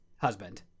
husband